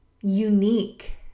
unique